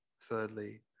Thirdly